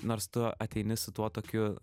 nors tu ateini su tuo tokiu